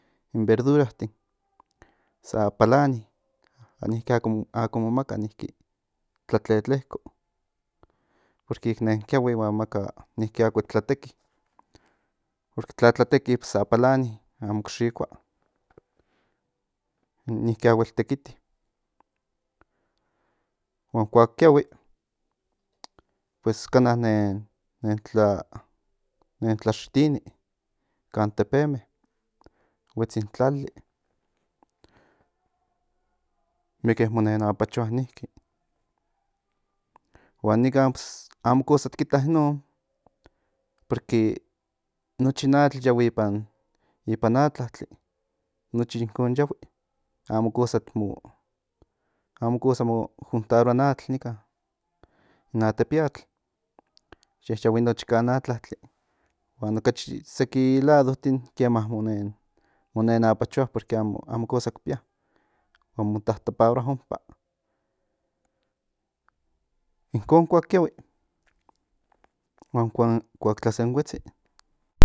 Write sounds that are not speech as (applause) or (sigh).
Verduratin sa palani huan niki ako momaka niki tlatletleko porque nen kiahui niki akuel tlateki porque tlakua teki sa palani amo ki xikua niki akuel tekiti huan kuak kiahui kana nen tlaxitini kan tepeme huetsi in tlali (noise) mieke mo nen apachoa niki huan nikan amo kosa ti kita in non porque nochi in atl yahui kan atlatli nochi inkon yahui amo kosa ti mo amo kosa mo mana in atl nikan in atepiatl ye yahui nochi kan atlatli huan okachi seki ladotin kema mo nen apachoa porque amo kosa ki pía huan mo tataparoa ompa inkon kuak kiahui huan kuak tlasenhuetsi